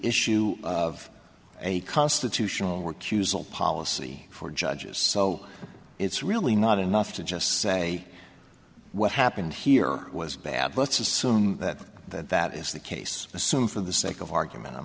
issue of a constitutional or quetzal policy for judges so it's really not enough to just say what happened here was bad let's assume that that is the case assume for the sake of argument i'm